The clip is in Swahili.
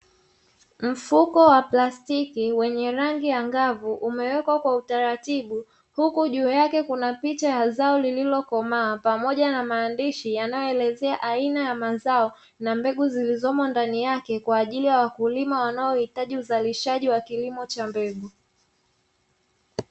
Mfuko wa plastiki wenye rangi angavu umewekwa kwa utaratibu, huku juu yake kuna picha ya zao lililokomaa pamoja na maandishi yanayoelezea aina ya mazao na mbegu zilizomo ndani yake kwa ajili ya wakulima wanaohitaji uzalishaji wa kilimo cha mbegu.